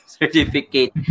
certificate